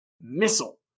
Missile